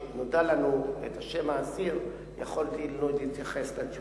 שאל את שר המשפטים ביום ד' בסיוון התשס"ט (27 במאי 2009):